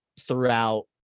throughout